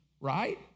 Right